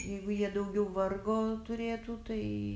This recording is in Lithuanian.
jeigu jie daugiau vargo turėtų tai